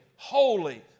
Holy